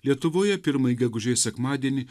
lietuvoje pirmąjį gegužės sekmadienį